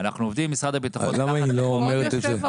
אז למה היא לא אומרת את זה?